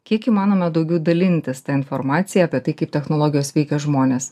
kiek įmanoma daugiau dalintis ta informacija apie tai kaip technologijos veikia žmones